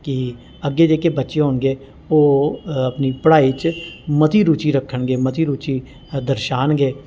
कि अग्गें जेह्के बच्चे होन गे ओह् अपनी पढ़ाई च मती रुचि रक्खन गे मती रुचि दर्शान गे